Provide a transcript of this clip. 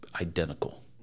identical